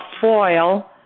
foil